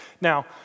Now